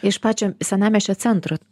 iš pačio senamiesčio centro